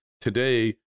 Today